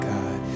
God